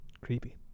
Creepy